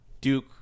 Duke